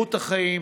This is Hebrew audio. באיכות החיים,